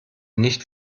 nicht